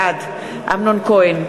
בעד אמנון כהן,